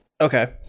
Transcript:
Okay